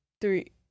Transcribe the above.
three